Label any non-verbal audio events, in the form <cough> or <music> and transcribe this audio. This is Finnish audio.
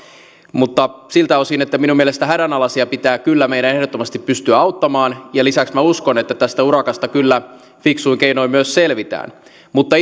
mutta siltä osin että minun mielestäni hädänalaisia pitää kyllä meidän ehdottomasti pystyä auttamaan lisäksi minä uskon että tästä urakasta kyllä fiksuin keinoin myös selvitään mutta <unintelligible>